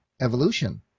evolution